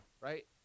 Right